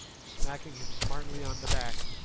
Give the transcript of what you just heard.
smacking him smartly on the back.